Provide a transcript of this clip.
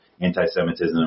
anti-Semitism